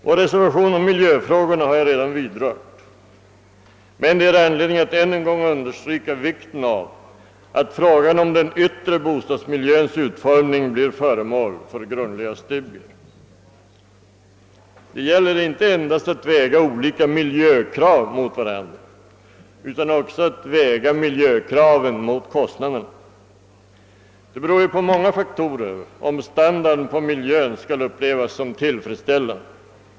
Vår reservation om miljöfrågorna har jag redan vidrört, men det är anledning att än en gång understryka vikten av att frågan om den yttre bostadsmiljöns utformning blir föremål för grundliga studier. Det gäller inte endast att väga olika miljökrav mot varandra utan också att väga miljökraven mot kostnaderna. Det beror på många faktorer, om standarden på miljön skall upplevas såsom tillfredsställande.